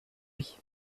lui